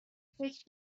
فکر